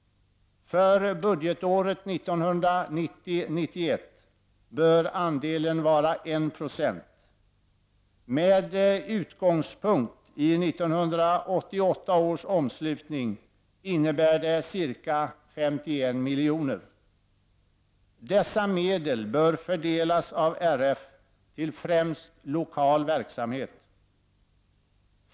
För budgetåret 1990/91 bör andelen vara 1 96, vilket med utgångspunkt i 1988 års omslutning innebär ca 51 miljoner. Dessa medel bör fördelas av Riksidrottsförbundet till främst lokal verksamhet.